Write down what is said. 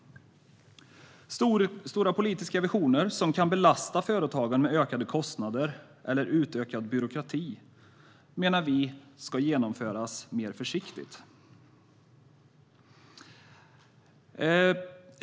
Stora politiska visioner som kan belasta företagen med ökade kostnader eller utökad byråkrati menar vi ska genomföras mer försiktigt. Herr talman!